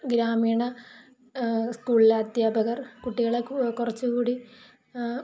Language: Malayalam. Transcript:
ഗ്രാമീണ സ്കുളിലെ അധ്യാപകര് കുട്ടികളെ കുറച്ച് കൂടി